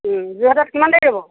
ও যোৰহাটত কিমান দেৰি ৰ'ব